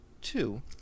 two